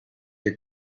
your